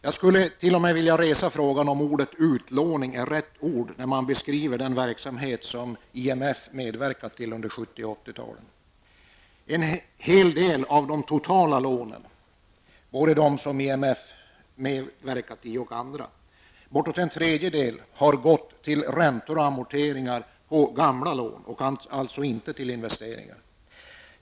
Jag skulle vilja resa frågan om ordet ''utlåning'' är rätt ord när man beskriver den verksamhet som IMF medverkat till under 70 och 80-talen. En hel del av de totala lån som IMF och andra medverkat till -- bortåt en tredjedel -- har gått till räntor och amorteringar av gamla lån, alltså inte till investeringar.